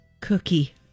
Cookie